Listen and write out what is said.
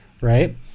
right